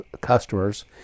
customers